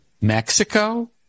Mexico